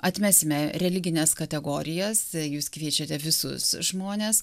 atmesime religines kategorijas jūs kviečiate visus žmones